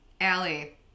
Allie